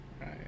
Right